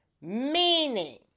meaning